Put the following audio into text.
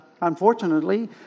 unfortunately